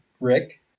rick